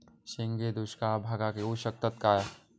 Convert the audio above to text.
शेंगे दुष्काळ भागाक येऊ शकतत काय?